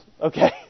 Okay